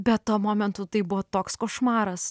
bet tuo momentu tai buvo toks košmaras